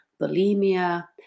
bulimia